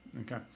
okay